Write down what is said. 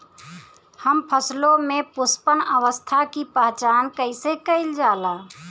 हम फसलों में पुष्पन अवस्था की पहचान कईसे कईल जाला?